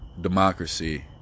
democracy